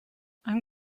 einem